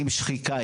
עם שחיקה,